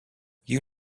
you